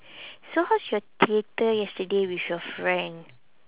so how is your theatre yesterday with your friend